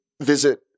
visit